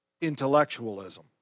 intellectualism